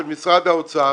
שמשרד האוצר